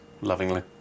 lovingly